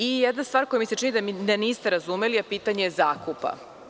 I još jedna stvar za koju mi se čini da je niste razumeli, a pitanje je zakupa.